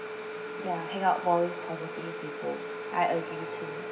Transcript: ya hang out more positive people I agree too